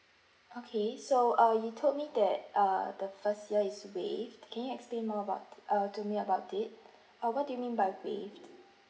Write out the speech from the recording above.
okay so uh you told me that err the first year is waived can you explain more about uh to me about it uh what do you mean by waived